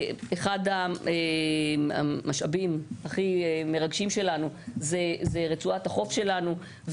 אחד המשאבים הכי מרגשים שלנו זה רצועת החוף שלנו,